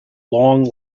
long